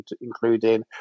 including